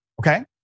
okay